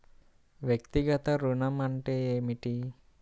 వ్యక్తిగత ఋణం అంటే ఏమిటి?